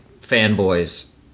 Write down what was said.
fanboys